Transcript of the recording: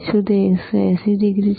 શું તે 180 ડિગ્રી છે